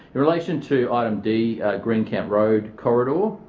in relation to item d, green camp road corridor,